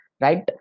Right